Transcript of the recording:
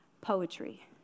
poetry